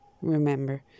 remember